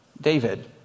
David